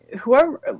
whoever